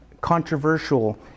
controversial